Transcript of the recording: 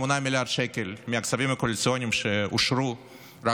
8 מיליארד שקל מהכספים הקואליציוניים שאושרו רק